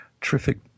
terrific